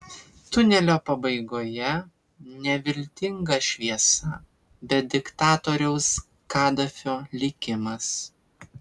tunelio pabaigoje ne viltinga šviesa bet diktatoriaus kadafio likimas